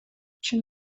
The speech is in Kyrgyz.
чын